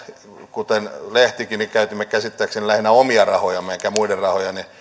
kuten lehtikin käsittääkseni lähinnä omia rahojamme emmekä muiden rahoja niin